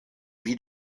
wie